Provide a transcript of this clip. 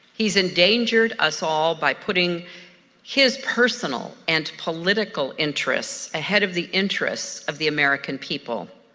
he's endangered us all by putting his personal and political interests ahead of the interests of the american people.